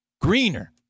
greener